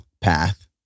path